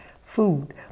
food